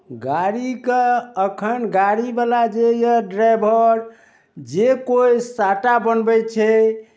गाड़ीके एखन गाड़ीवला जे यए ड्राइभर जे कोइ साटा बनबै छै